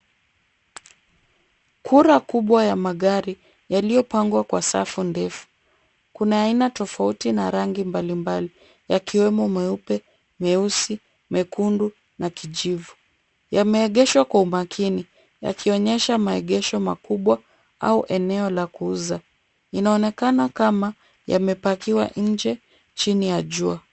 Kura kubwa ya magari yaliyopangwa kwa safu ndefu. Kuna aina tofauti na rangi mbalimbali, yakiwemo meupe, meusi, mekundu, na kijivu. Yameegeshwa kwa umakini, yakionyesha maegesho makubwa au eneo la kuuza. Inaonekana kama yamepakiwa nje chini ya jua.